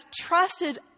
trusted